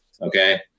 Okay